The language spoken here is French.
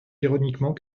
ironiquement